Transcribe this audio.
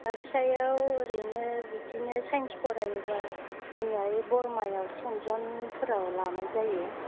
बागसायाव ओरैनो बिदिनो साइन्स फरायोबा जोंनिया बे बरमायाव सेन्ट जनफोराव लानाय जायो